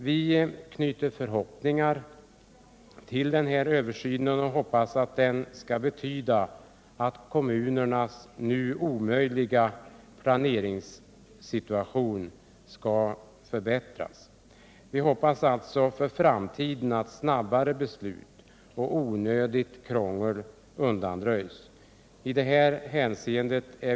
Vi knyter förhoppningar till denna översyn; vi hoppas den skall betyda att kommunernas nu omöjliga planeringssituation skall bli bättre i framtiden, att snabbare beslut skall komma och att onödigt krångel skall undanröjas.